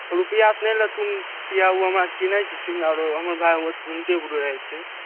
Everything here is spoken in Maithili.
रुपैआ अपने लेथुन किए ओ हमरा चिन्है छथिन आओर हमर भाइ हुनके रहै छै